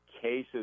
cases